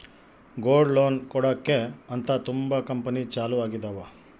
gold loan ಕೊಡಕ್ಕೆ ಅಂತ ತುಂಬಾ ಕಂಪೆನಿ ಚಾಲೂ ಆಗಿದಾವ